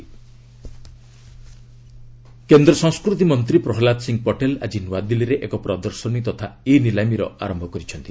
PM gift auction କେନ୍ଦ୍ର ସଂସ୍କୃତି ମନ୍ତ୍ରୀ ପ୍ରହଲ୍ଲାଦ ସିଂ ପଟେଲ୍ ଆଜି ନ୍ତଆଦିଲ୍ଲୀରେ ଏକ ପ୍ରଦର୍ଶନୀ ତଥା ଇ ନିଲାମୀର ଆରମ୍ଭ କରିଛନ୍ତି